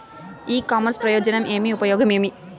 ఇ commerce ప్రయోజనం ఏమి? ఉపయోగం ఏమి?